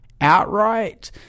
outright